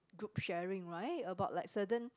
group sharing right about like certain